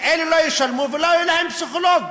אלה לא ישלמו ולא יהיה להם פסיכולוג,